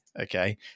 okay